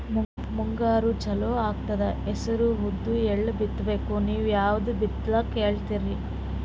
ಮುಂಗಾರು ಚಾಲು ಆಗ್ತದ ಹೆಸರ, ಉದ್ದ, ಎಳ್ಳ ಬಿತ್ತ ಬೇಕು ನೀವು ಯಾವದ ಬಿತ್ತಕ್ ಹೇಳತ್ತೀರಿ?